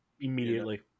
immediately